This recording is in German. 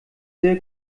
sehr